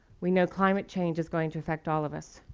we know climate change is going to affect all of us.